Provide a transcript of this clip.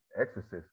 exorcist